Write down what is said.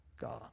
God